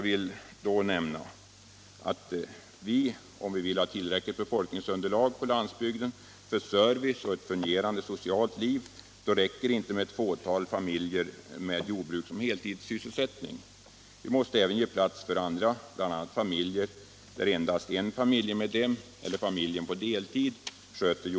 Vill vi ha tillräckligt befolkningsunderlag på landsbygden för service och ett fungerande socialt liv räcker det inte med ett fåtal familjer med jordbruk som heltidssysselsättning. Vi måste även ge plats åt andra, bl.a. sådana där jordbruket sköts av endast en familjemedlem eller av familjen på deltid.